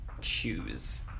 choose